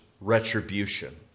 retribution